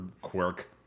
quirk